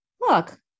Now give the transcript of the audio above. Look